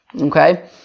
Okay